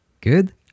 Good